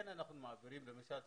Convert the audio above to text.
כן אנחנו מעבירים למשל תמיכות.